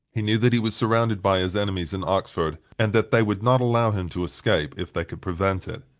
he knew that he was surrounded by his enemies in oxford, and that they would not allow him to escape if they could prevent it.